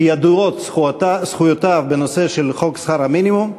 כי ידועות זכויותיו בנושא של חוק שכר מינימום.